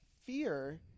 fear